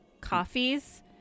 coffees